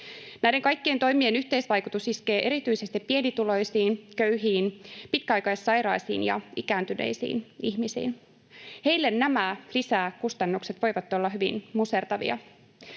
Näiden kaikkien toimien yhteisvaikutus iskee erityisesti pienituloisiin, köyhiin, pitkäaikaissairaisiin ja ikääntyneisiin ihmisiin. Heille nämä lisäkustannukset voivat olla hyvin musertavia.